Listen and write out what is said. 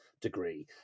degree